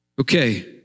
Okay